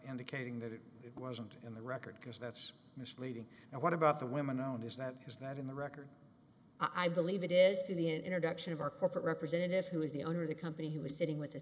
indicating that it wasn't in the record because that's misleading and what about the women and is that is that in the record i believe it is to the introduction of our corporate representative who is the owner of the company who was sitting with